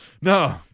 No